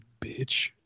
bitch